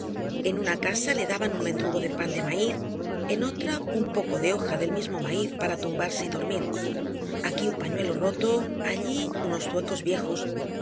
en una casa le daban un mendrugo de pan de maíz en otra un poco de hoja del mismo maíz para tumbarse y dormir aquí un pañuelo roto allí unos zuecos viejos